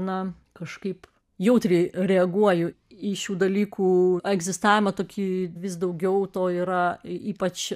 na kažkaip jautriai reaguoju į šių dalykų egzistavimą tokį vis daugiau to yra ypač